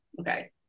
okay